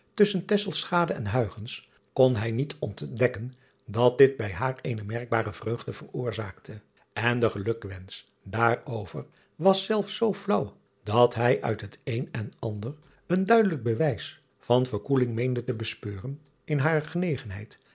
en kon hij niet ontdekken dat dit bij haar eene merkbare vreugde veroorzaakte en de gelukwensch daarover was zelfs zoo flaauw dat hij uit het een en ander een duidelijk bewijs van verkoeling meende te bespeuren in hare genegenheid